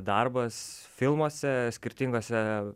darbas filmuose skirtingose